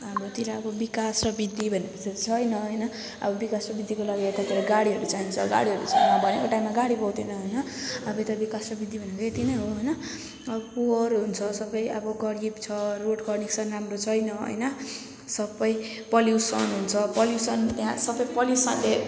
हाम्रोतिर अब विकास र वृद्धि भने पछि छैन होइन अब विकास वृद्धिको लागि त गाडीहरू चाहिन्छ भनेको टाइममा गाडी पाउँदैन होइन अब यता विकास र वृद्धि भनेको यति नै हो होइन अब फोहर हुन्छ सब अब गरिब छ रोड कन्डिसन राम्रो छैन होइन सब पल्युसन हुन्छ पल्युसन त्यहाँ सब पल्युसनले